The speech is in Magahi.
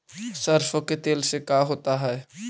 सरसों के तेल से का होता है?